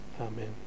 Amen